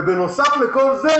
בנוסף לכל זה,